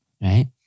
Right